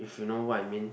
you know what I mean